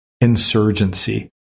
insurgency